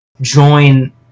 join